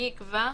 מי יקבע?